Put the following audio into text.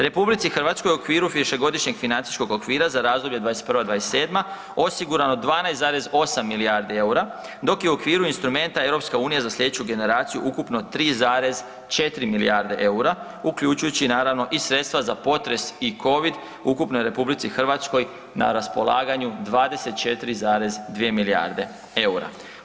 RH u okviru višegodišnjeg financijskog okvira za razdoblje '21.-'27. osigurano je 12,8 milijardi EUR-a, dok je u okviru instrumenta EU za slijedeću generaciju ukupno 3,4 milijarde EUR-a, uključujući naravno i sredstva za potres i covid ukupno je RH na raspolaganju 24,2 milijarde EUR-a.